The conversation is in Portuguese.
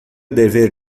dever